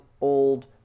old